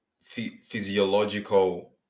physiological